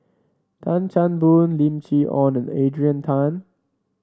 Tan Chan Boon Lim Chee Onn and Adrian Tan